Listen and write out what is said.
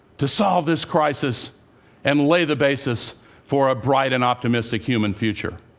to solve this crisis and lay the basis for a bright and optimistic human future.